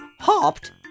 Hopped